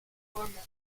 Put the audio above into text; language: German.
turmes